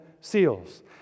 seals